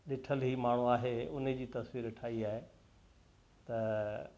ॾिठल ई माण्हू आहे हुनजी तस्वीर ठाही आहे त